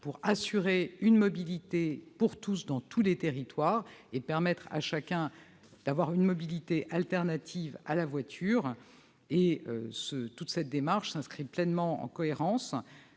d'assurer une mobilité pour tous dans tous les territoires et permettre à chacun de bénéficier d'une mobilité alternative à la voiture. Toute cette démarche s'inscrit pleinement en cohérence